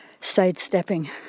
sidestepping